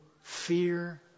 fear